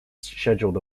scheduled